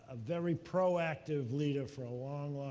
ah very proactive leader for a long,